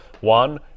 one